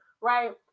right